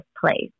place